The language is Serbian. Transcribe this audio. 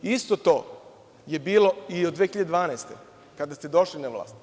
Isto to je bilo i u 2012. godini, kada ste došli na vlast.